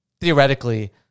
theoretically